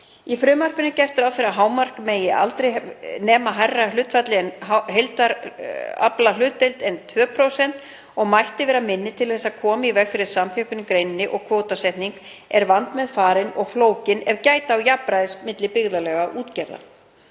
Í frumvarpinu er gert ráð fyrir að hámarkið megi aldrei nema hærra hlutfalli af heildaraflahlutdeild en 2% og mætti vera minna til þess að koma í veg fyrir samþjöppun í greininni og kvótasetning er vandmeðfarin og flókin ef gæta á jafnræðis milli byggðarlaga og útgerða.